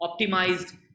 optimized